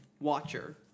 watcher